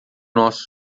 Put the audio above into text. nosso